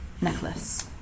necklace